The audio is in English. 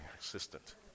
assistant